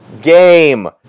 game